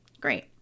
Great